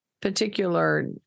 particular